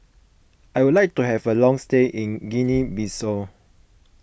I would like to have a long stay in Guinea Bissau